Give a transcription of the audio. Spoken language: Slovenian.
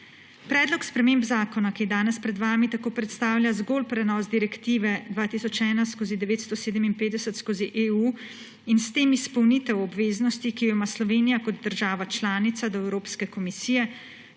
Predlog sprememb zakona, ki je danes pred vami, tako predstavlja zgolj prenos direktive 2018/957/EU in s tem izpolnitev obveznosti, ki jo ima Slovenija kot država članica do Evropske komisije.